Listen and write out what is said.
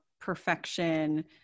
perfection